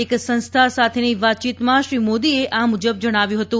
એક સંસ્થા સાથેની વાતચીતમાં શ્રી મોદીએ આ મુજબ જણાવ્યું હતું